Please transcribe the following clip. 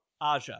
aja